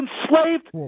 enslaved